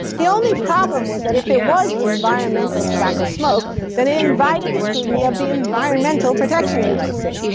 the only problem was that if it was environmental tobacco smoke, then it invited the scrutiny of the environmental protection agency,